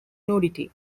nudity